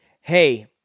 hey